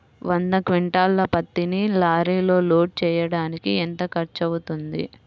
వంద క్వింటాళ్ల పత్తిని లారీలో లోడ్ చేయడానికి ఎంత ఖర్చవుతుంది?